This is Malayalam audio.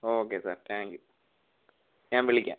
ഓക്കെ സാർ താങ്ക് യു ഞാൻ വിളിക്കാം